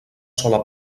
sola